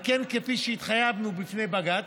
על כן, כפי שהתחייבנו בפני בג"ץ,